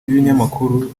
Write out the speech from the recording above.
b’ikinyamakuru